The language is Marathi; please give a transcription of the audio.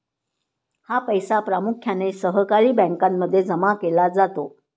हा पैसा प्रामुख्याने सहकारी बँकांमध्ये जमा केला जातो